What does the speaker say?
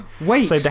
Wait